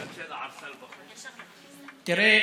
תראה,